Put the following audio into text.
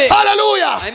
Hallelujah